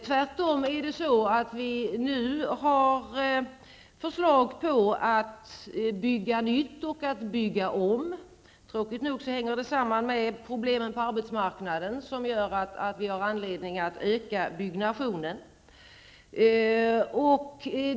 Tvärtom har vi förslag om att bygga nytt och att bygga om. Tråkigt nog hänger detta samman med problemen på arbetsmarknaden, som gör att vi har anledning att öka byggandet.